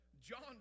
John